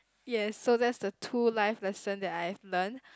yes so that's the two life lesson that I have learn